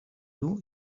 you